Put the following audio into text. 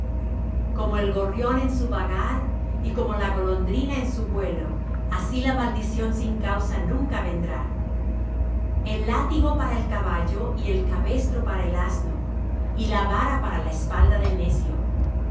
como el gorrión en su vagar y como la golondrina en su vuelo así la maldición sin causa nunca vendrá el látigo para el caballo y el cabestro para el asno y la vara para la espalda del necio